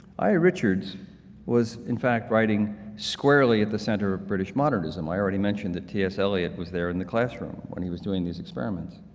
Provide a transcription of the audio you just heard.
i a. richards was in fact writing squarely at the center of british modernism i already mentioned that t s. eliot was there in the classroom when he was doing these experiments